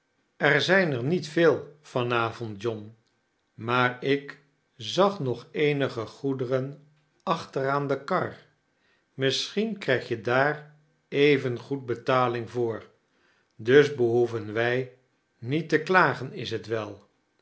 er zijn er niet veel van avond john maar ik zag nog eenige goederen achter aan de kar misschien kitijg je daar even goed betaling voor dus behoeven wij niet te klagen is t wel